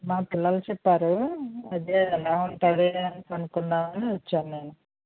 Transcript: మా పిల్లలు చెప్పారు అది ఎలా ఉంటుంది అని కనుకుందామని వచ్చాను నేను